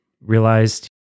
realized